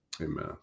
Amen